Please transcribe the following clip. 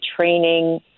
training